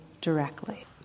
directly